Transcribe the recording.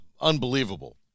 unbelievable